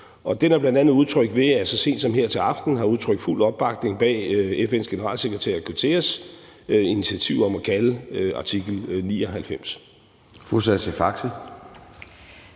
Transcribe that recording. Den er bl.a. udtrykt ved, at vi så sent som her til aften har udtrykt fuld opbakning til FN's generalsekretærs, António Guterres', initiativ om at kalde artikel 99. Kl.